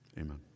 Amen